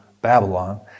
Babylon